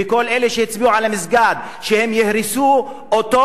וכל אלה שהצביעו על המסגד שהם יהרסו אותו,